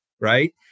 right